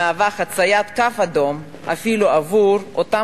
מהווה חציית קו אדום אפילו עבור אותם